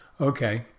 Okay